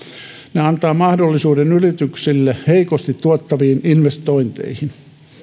ne antavat mahdollisuuden yrityksille heikosti tuottaviin investointeihin